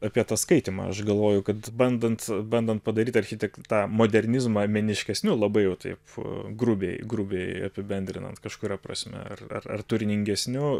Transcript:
apie tą skaitymą aš galvoju kad bandant bandant padaryti architektą modernizmą meniškesniu labai jau taip grubiai grubiai apibendrinant kažkuria prasme ar ar turiningesniu